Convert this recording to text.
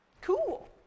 cool